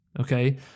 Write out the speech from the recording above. okay